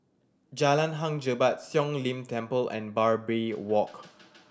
Jalan Hang Jebat Siong Lim Temple and Barbary Walk